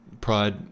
Pride